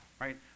right